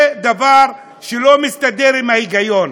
זה דבר שלא מסתדר עם ההיגיון.